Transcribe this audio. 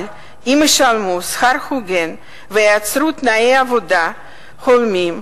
אבל אם ישלמו שכר הוגן וייצרו תנאי עבודה הולמים,